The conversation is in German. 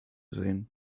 sehen